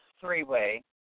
three-way